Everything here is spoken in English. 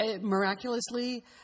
miraculously